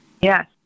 Yes